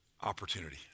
opportunity